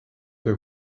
per